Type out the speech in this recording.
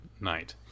Night